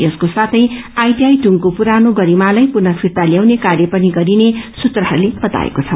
यसको साथै आईटिआई टुंक्को पुरानो गरिमालाई पुनः फिर्ता ल्खाउने कार्य पनि गरिने सूत्रहरूले बताएको छ